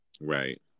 Right